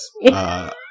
yes